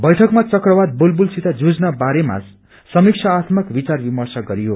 बैठकमा चक्रवात बुलवुलसित जुझन बारेमा समिक्षात्मक विचार विर्मश गरियो